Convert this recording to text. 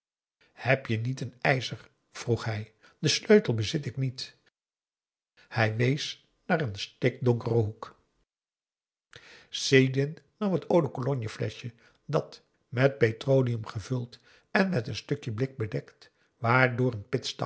heb je niet een ijzer vroeg hij den sleutel bezit ik niet zij wees naar een stikdonkeren hoek sidin nam het eau de cologne fleschje dat met petroleum gevuld en met een stukje blik bedekt